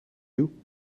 you